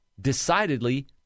decidedly